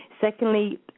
Secondly